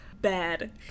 bad